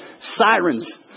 sirens